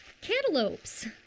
cantaloupes